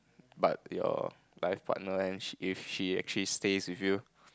but your life partner and she if she actually stays with you